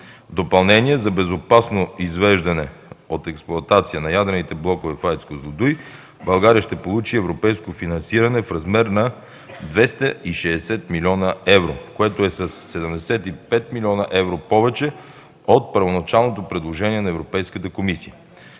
допълнение, за безопасно извеждане от експлоатация на ядрените блокове в АЕЦ „Козлодуй”, България ще получи европейско финансиране в размер на 260 млн. евро, което е със 75 млн. евро повече от първоначалното предложение на Европейската комисия.